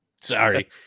Sorry